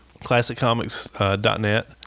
ClassicComics.net